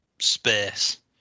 space